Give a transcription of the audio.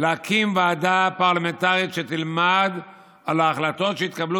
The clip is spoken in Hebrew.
להקים ועדה פרלמנטרית שתלמד על ההחלטות שהתקבלו